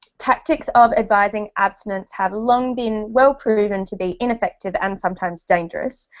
tactics of advising abstinence have long been welll proven to be ineffective and sometimes dangerous.